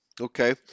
Okay